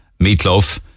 meatloaf